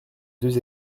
deux